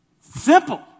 Simple